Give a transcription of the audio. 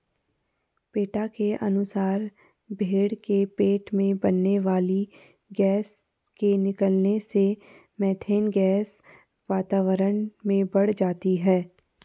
PETA के अनुसार भेंड़ के पेट में बनने वाली गैस के निकलने से मिथेन गैस वातावरण में बढ़ जाती है